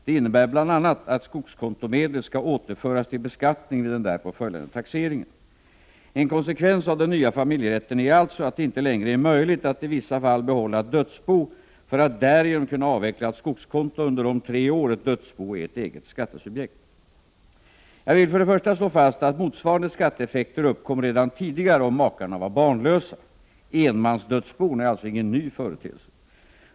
Detta innebär bl.a. att skogskontomedel skall återföras till beskattning vid den därpå följande taxeringen. En konsekvens av den nya familjerätten är alltså att det inte längre är möjligt att i vissa fall behålla ett dödsbo för att därigenom kunna avveckla ett skogskonto under de tre år ett dödsbo är ett eget skattesubjekt. Jag vill för det första slå fast att motsvarande skatteeffekter uppkom redan tidigare om makarna var barnlösa. Enmansdödsbon är alltså ingen ny företeelse.